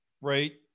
right